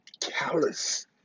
callous